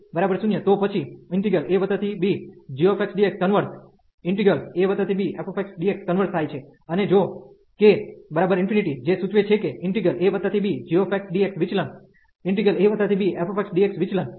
અને જો k 0 તો પછી abgxdxકન્વર્ઝ ⟹abfxdxકન્વર્ઝ થાય છે અને જો k ∞ જે સૂચવે છે કે abgxdxવિચલન⟹abfxdxવિચલન